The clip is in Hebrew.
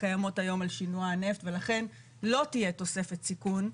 הקיימות היום על שינוע הנפט ולכן לא תהיה תוספת סיכון,